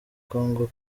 congo